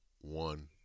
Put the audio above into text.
one